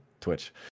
Twitch